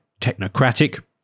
technocratic